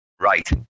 Right